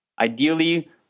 ideally